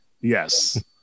Yes